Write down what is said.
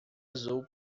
azul